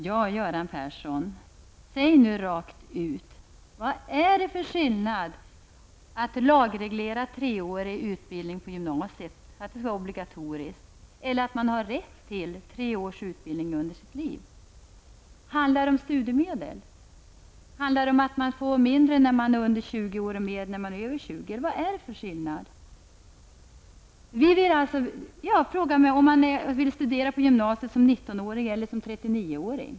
Herr talman! Säg nu rent ut, Göran Persson, vad det är för skillnad mellan att lagreglera treårig utbildning på gymnasiet så att den blir obligatorisk och att ge människor rätt till tre års gymnasieutbildning under deras liv. Handlar det om studiemedel? Handlar det om att man får mindre när man är under 20 år och mer när man är över 20 år? Vad är det egentligen för skillnad? Frågan är om man vill studera på gymnasiet som 19 åring eller som 39-åring.